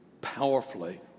powerfully